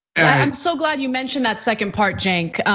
and so glad you mentioned that second part cenk,